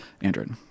Android